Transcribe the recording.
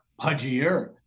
pudgier